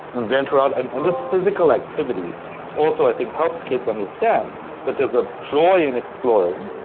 and venture out, and and this physical activity also i think helps kids understand that there's a joy in exploring,